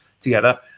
together